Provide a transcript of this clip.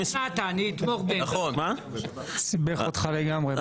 סיבך לגמרי.